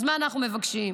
אז מה אנחנו מבקשים?